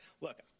Look